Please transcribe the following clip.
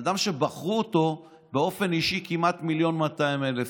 לבן אדם שבחרו אותו באופן אישי כמעט 1.2 מיליון איש,